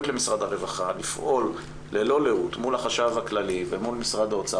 למשרד הרווחה לפעול ללא לאות מול החשב הכללי ומול משרד האוצר,